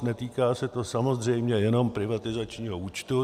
Netýká se to samozřejmě jenom privatizačního účtu.